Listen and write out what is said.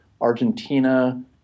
Argentina